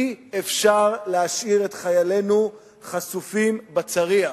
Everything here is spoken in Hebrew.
אי-אפשר להשאיר את חיילינו חשופים בצריח.